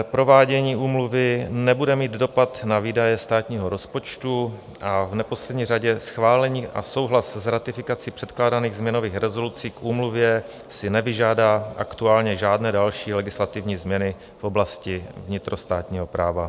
Provádění úmluvy nebude mít dopad na výdaje státního rozpočtu a v neposlední řadě schválení a souhlas s ratifikací předkládaných změnových rezolucí k úmluvě si nevyžádá aktuálně žádné další legislativní změny v oblasti vnitrostátního práva.